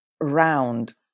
round